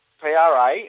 PRA